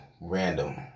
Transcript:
random